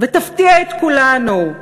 ותפתיע את כולנו,